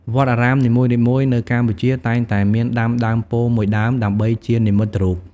វត្តអារាមនីមួយៗនៅកម្ពុជាតែងតែមានដាំដើមពោធិ៍មួយដើមដើម្បីជានិមិត្តរូប។